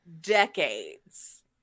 decades